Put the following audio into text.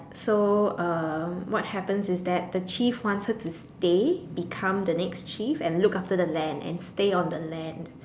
so um what happens is that the chief wants her to stay become the next chief and look after the land and stay on the land